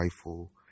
rifle